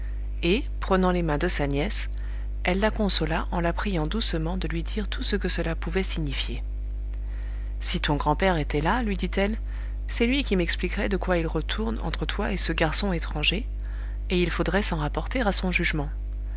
et prenant les mains de sa nièce elle la consola en la priant doucement de lui dire tout ce que cela pouvait signifier si ton grand-père était là lui dit-elle c'est lui qui m'expliquerait de quoi il retourne entre toi et ce garçon étranger et il faudrait s'en rapporter à son jugement